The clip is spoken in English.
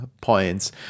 points